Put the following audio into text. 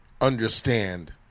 understand